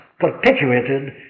Perpetuated